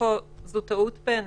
יש פה טעות בעיניי.